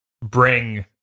bring